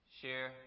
share